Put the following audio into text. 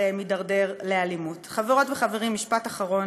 כן, גם לבדואים מותר לגור בהתיישבות כפרית,